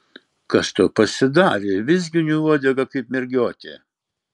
kas tau pasidarė vizgini uodegą kaip mergiotė